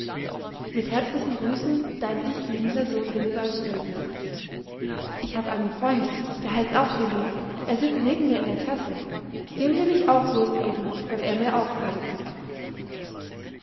mit herzlichen grüßen dein dich liebender sohn willbald stilpe ich hab einen freund der heißt auch willi er sitzt neben mir in der klasse dem wil ich auch wurst geben weil er mir auch wurst gibt